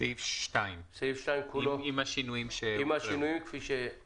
סעיף 2 כולו, עם השינויים כפי שהוצעו כאן.